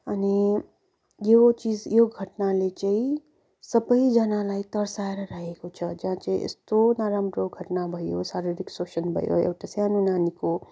अनि यो चिज यो घटनाले चाहिँ सबैजनालाई तर्साएर राखेको छ जहाँ चाहिँ यस्तो नराम्रो घटना भयो शारीरिक शोषण भयो एउटा सानो नानीको